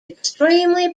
extremely